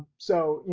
so, you